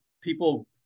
people